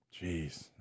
Jeez